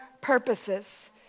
purposes